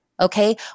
Okay